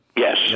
Yes